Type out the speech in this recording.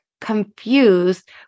confused